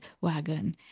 wagon